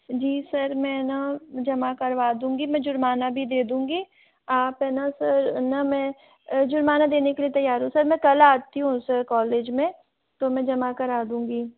जी sir मैं न जमा करवा दूंगी मैं जुर्माना भी दे दूंगी आप है न सर न में जुर्माना देने के लिए तैयार हूँ सर मैं कल आती हूँ सर कॉलेज में तो मैं जमा करा दूंगी